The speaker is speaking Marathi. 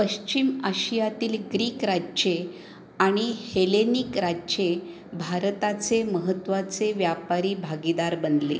पश्चिम आशियातील ग्रीक राज्ये आणि हेलेनिक राज्ये भारताचे महत्वाचे व्यापारी भागीदार बनले